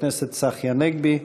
חבר הכנסת צחי הנגבי,